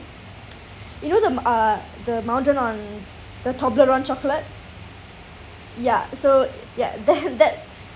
you know the m~ uh the mountain on the Toblerone chocolate ya so ya that that